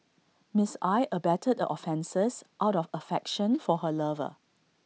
Miss I abetted the offences out of affection for her lover